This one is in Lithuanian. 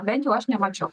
bent jau aš nemačiau